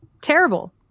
terrible